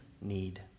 need